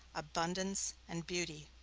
abundance, and beauty.